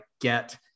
get